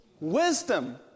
wisdom